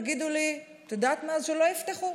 תגידו לי: את יודעת מה, אז שלא יפתחו.